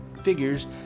figures